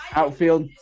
outfield